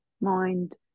mind